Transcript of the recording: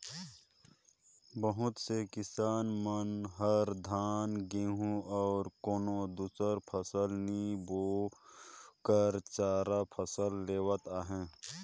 बहुत से किसान मन हर धान, गहूँ अउ कोनो दुसर फसल नी बो कर चारा कर फसल लेवत अहे